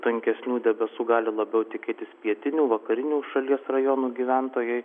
tankesnių debesų gali labiau tikėtis pietinių vakarinių šalies rajonų gyventojai